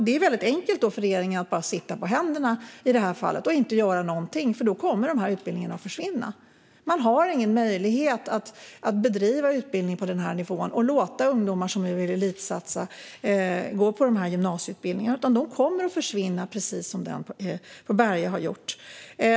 Det är väldigt enkelt för regeringen att i detta fall bara sitta på händerna och inte göra någonting. Utbildningarna kommer då att försvinna. Det finns ingen möjlighet att bedriva utbildning på denna nivå och låta ungdomar som vill elitsatsa gå på sådana gymnasieutbildningar. De kommer att försvinna precis som den på Berga har gjort.